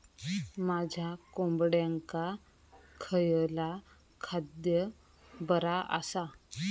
माझ्या कोंबड्यांका खयला खाद्य बरा आसा?